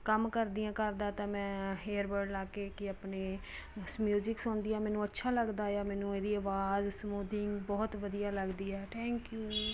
ਕੰਮ ਕਰਦੀ ਹਾਂ ਘਰ ਦਾ ਤਾਂ ਮੈਂ ਏਅਰਬਡ ਲਗਾ ਕੇ ਕਿ ਆਪਣੇ ਉਸ ਮਿਊਜ਼ਿਕ ਸੁਣਦੀ ਹਾਂ ਮੈਨੂੰ ਅੱਛਾ ਲੱਗਦਾ ਆ ਮੈਨੂੰ ਇਹਦੀ ਆਵਾਜ਼ ਸਮੂਦਿੰਗ ਬਹੁਤ ਵਧੀਆ ਲੱਗਦੀ ਹੈ ਥੈਂਕ ਊ